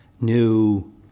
new